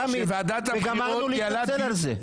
וגמרנו להתנצל על זה.